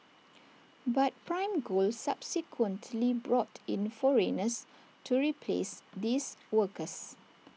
but prime gold subsequently brought in foreigners to replace these workers